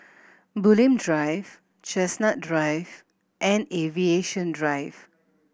Bulim Drive Chestnut Drive and Aviation Drive